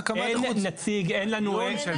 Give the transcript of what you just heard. אין לנו נציג.